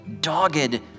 dogged